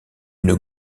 une